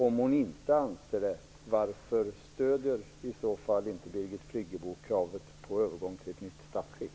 Om hon inte anser det, varför stöder Birgit Friggebo i så fall inte kravet på övergång till ett nytt statsskick?